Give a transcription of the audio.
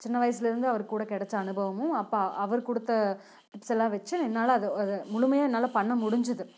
சின்ன வயசுலேருந்து அவர் கூட கிடச்ச அனுபவமும் அப்போ அவர் கொடுத்த டிப்ஸெல்லாம் வச்சு என்னால் அதை அதை முழுமையாக என்னால் பண்ண முடிஞ்சுது